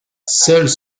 seules